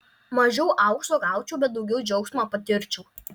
mažiau aukso gaučiau bet daugiau džiaugsmo patirčiau